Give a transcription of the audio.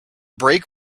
brake